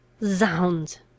Zounds